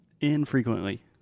Infrequently